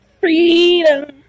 freedom